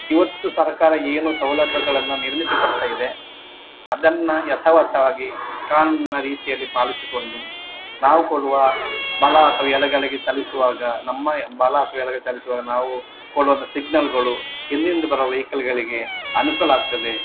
ಇವತ್ತು ಸರ್ಕಾರ ಏನು ಸೌಲಭ್ಯಗಳನ್ನು ನಿರ್ಮಿಸಿ ಕೊಡ್ತಾಯಿದೆ ಅದನ್ನ ಯತಾವತ್ತವಾಗಿ ಕಾನೂನಿನ ರೀತಿಯಲ್ಲಿ ಪಾಲಿಸಿಕೊಂಡು ನಾವು ಕೊಡುವ ಬಲ ಅಥವಾ ಎಡಗಳಿಗೆ ಚಲಿಸುವಾಗ ನಮ್ಮ ಬಲ ಅಥವಾ ಎಡಗಳಿಗೆ ಚಲಿಸುವಾಗ ನಾವು ಕೊಡುವಂತಹ ಸಿಗ್ನಲ್ಲುಗಳು ಹಿಂದಿನಿಂದ ಬರುವ ವೆಹಿಕಲ್ಲುಗಳಿಗೆ ಅನುಕೂಲ ಆಗ್ತದೆ